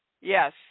Yes